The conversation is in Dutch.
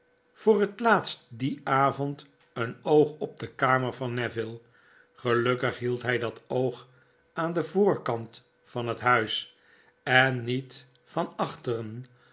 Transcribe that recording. voor het laatst dien avond een oog op de kamer van neville gelukkig hield hi dat oog aan den vtforkant van het huis en niet van achteren